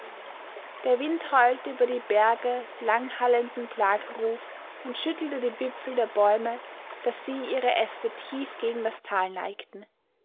der wind heulte über die berge langhallenden klageruf und schüttelte die wipfel der bäume daß sie ihre äste tief gegen das tal neigten